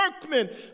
workmen